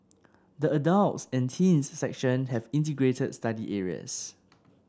the adults and teens section have integrated study areas